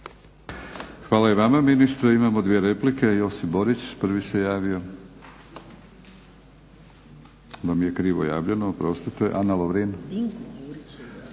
Hvala i vama ministre. Imamo dvije replike. Josip Borić, prvi se javio. Onda mi je krivo javljeno, oprostite. Ana Lovrin.